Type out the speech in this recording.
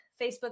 Facebook